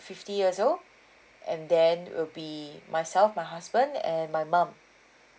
fifty years old and then it will be myself my husband and my mum